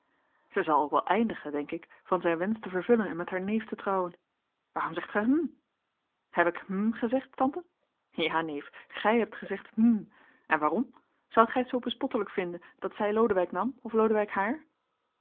zij zal ook wel eindigen denk ik van zijn wensch te vervullen en met haar neef te trouwen waarom zegt gij hm heb ik hm gezegd tante ja neef gij hebt gezegd hm en waarom zoudt gij het zoo bespottelijk vinden dat zij lodewijk nam of lodewijk haar